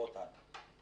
לא אותנו.